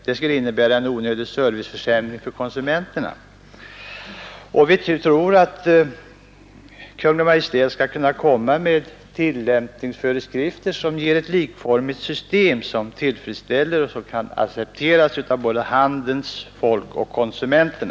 Det skulle innebära en onödig serviceförsämring för konsumenterna. Vi tror att Kungl. Maj:t skall kunna utfärda tillämpningsföreskrifter som ger ett likformigt system som kan accepteras av både handelns folk och konsumenterna.